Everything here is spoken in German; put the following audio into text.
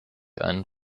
einen